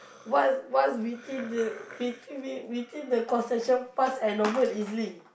what's what's between the between between the concession pass and normal E_Z-Link